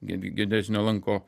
ge geodezinio lanko